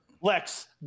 lex